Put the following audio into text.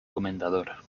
comendador